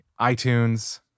iTunes